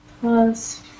Plus